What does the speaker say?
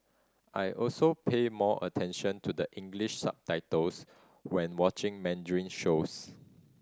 I also pay more attention to the English subtitles when watching Mandarin shows